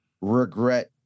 regret